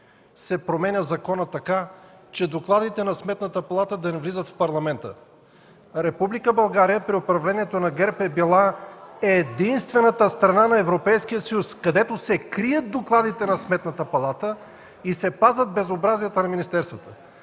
се променя законът така, че докладите на Сметната палата да не влизат в Парламента. Република България при управлението на ГЕРБ е била единствената страна на Европейския съюз, където се крият докладите на Сметната палата и се пазят безобразията на министерствата.